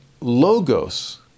logos